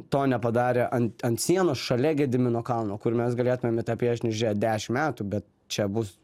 to nepadarė ant ant sienos šalia gedimino kalno kur mes galėtumėm į tą piešinį žiūrėt dešimt metų bet čia bus